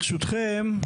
ברשותכם,